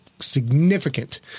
significant